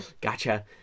gotcha